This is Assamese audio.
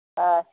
অঁ